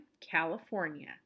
California